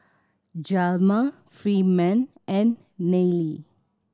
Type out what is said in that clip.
Hjalmar Freeman and Nelie